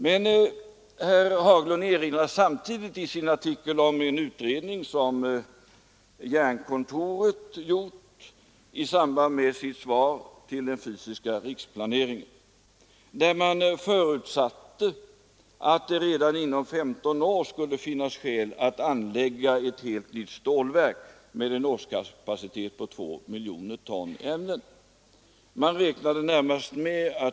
Men herr Haglund erinrar samtidigt om en utredning som Jernkontoret gjort inför sitt yttrande i samband med den fysiska riksplaneringen, där man förutsatte att ”det redan inom 15 år skulle finnas skäl att anlägga ett helt nytt stålverk med en årskapacitet på två miljoner ton ämnen.